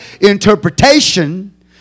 Interpretation